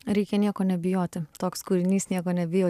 reikia nieko nebijoti toks kūrinys nieko nebijo